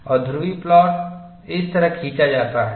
और ध्रुवीय प्लॉट इस तरह खींचा जाता है